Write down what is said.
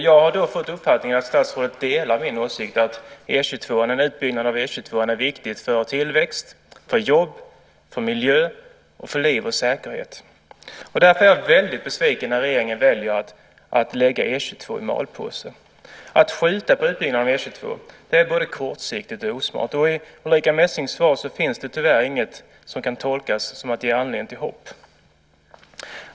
Jag har då fått uppfattningen att statsrådet delar min uppfattning att en utbyggnad av E 22 är viktig för tillväxt, jobb, miljö, liv och säkerhet. Därför är jag väldigt besviken när regeringen väljer att lägga E 22 i malpåse. Att skjuta på utbyggnaden av E 22 är både kortsiktigt och osmart. I Ulrica Messings svar finns det inget som kan tolkas så att det ger anledning till hopp.